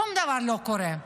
שום דבר לא קורה.